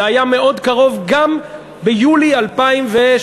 זה היה מאוד קרוב גם ביולי 2012,